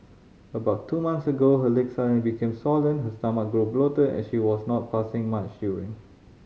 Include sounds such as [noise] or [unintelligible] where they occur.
about two months ago her legs [unintelligible] became swollen her stomach grew bloated and she was not passing much urine